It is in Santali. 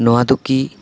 ᱱᱚᱣᱟ ᱫᱚ ᱠᱤ